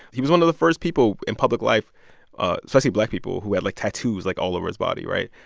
he was one of the first people in public life especially black people who had, like, tattoos, like, all over his body, right?